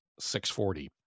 640